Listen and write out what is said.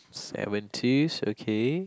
seven twos okay